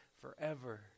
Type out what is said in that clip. forever